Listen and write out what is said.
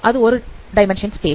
அது ஒரு dimension space